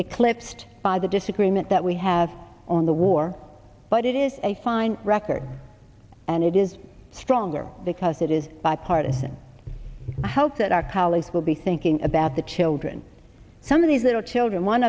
eclipsed by the disagreement that we have on the war but it is a fine record and it is stronger because it is bipartisan i hope that our colleagues will be thinking about the children some of these little children one